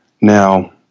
now